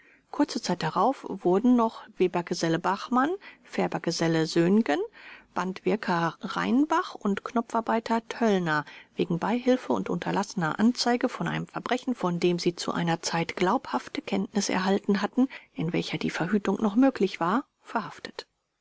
kurze zeit darauf wurden noch webergeselle bachmann färbergeselle söhngen bandwirker rheinbach und knopfarbeiter töllner wegen beihilfe und unterlassener anzeige von einem verbrechen von dem sie zu einer zeit glaubhafte kenntnis erhalten hatten in welcher die verhütung noch möglich war verhaftet